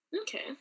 okay